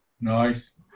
Nice